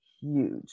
huge